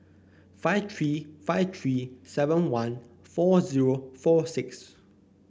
five three five three seven one four zero four six